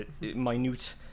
minute